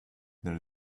there